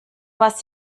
was